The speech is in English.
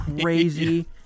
crazy